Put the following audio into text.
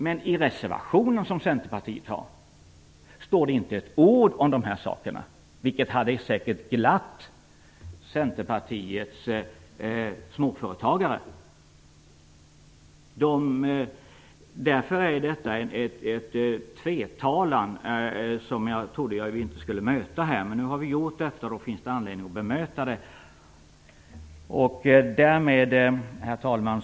Men i Centerpartiets reservation står det inte ett ord om dessa saker, vilket säkert hade glatt Centerpartiets småföretagare. Därför är detta en tvetalan som jag inte trodde vi skulle möta här. Nu har vi gjort det, och då finns det anledning att bemöta det. Herr talman!